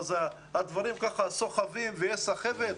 יש סחבת?